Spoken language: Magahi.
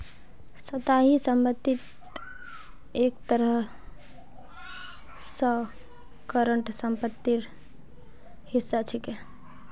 स्थाई संपत्ति एक तरह स करंट सम्पत्तिर हिस्सा छिके